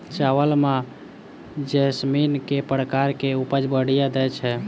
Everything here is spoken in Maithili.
चावल म जैसमिन केँ प्रकार कऽ उपज बढ़िया दैय छै?